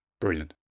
brilliant